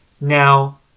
Now